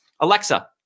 Alexa